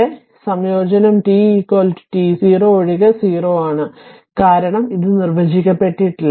അതിനാൽ സംയോജനം t t0 ഒഴികെ 0 ആണ് കാരണം ഇത് നിർവചിക്കപ്പെട്ടിട്ടില്ല